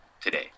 today